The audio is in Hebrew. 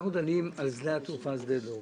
אנחנו דנים על שדה התעופה שדה דב.